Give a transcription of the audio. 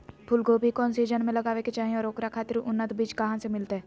फूलगोभी कौन सीजन में लगावे के चाही और ओकरा खातिर उन्नत बिज कहा से मिलते?